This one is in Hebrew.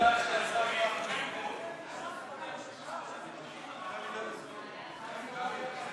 (הישיבה נפסקה בשעה 03:34 ונתחדשה בשעה 04:35.) חברי הכנסת,